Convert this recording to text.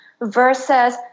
versus